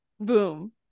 Boom